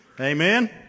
Amen